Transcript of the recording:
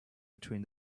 between